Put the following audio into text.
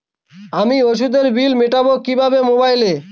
আমি ওষুধের বিল মেটাব কিভাবে মোবাইলে?